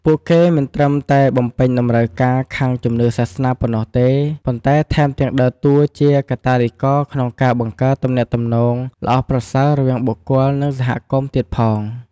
ពួកគេមិនត្រឹមតែបំពេញតម្រូវការខាងជំនឿសាសនាប៉ុណ្ណោះទេ ប៉ុន្តែថែមទាំងដើរតួជាកាតាលីករក្នុងការ បង្កើតទំនាក់ទំនងល្អប្រសើរ រវាងបុគ្គល និងសហគមន៍ទៀតផង។